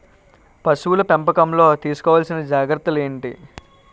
పశువుల పెంపకంలో తీసుకోవల్సిన జాగ్రత్తలు ఏంటి?